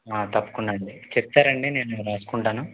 తప్పకుండా అండి చెప్తారా అండి నేను రాసుకుంటాను